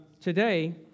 today